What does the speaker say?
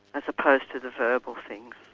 as opposed to the verbal things.